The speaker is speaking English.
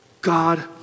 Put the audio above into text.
God